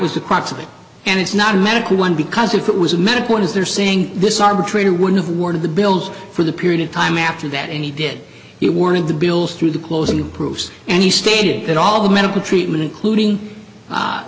was the crux of it and it's not a medical one because if it was a medical it is they're saying this arbitrator would have worn the bills for the period of time after that and he did it warn of the bills through the closing improves and he stated that all the medical treatment including